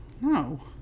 No